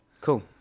Cool